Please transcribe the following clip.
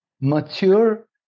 mature